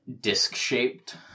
disc-shaped